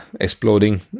exploding